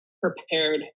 prepared